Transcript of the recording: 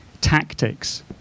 tactics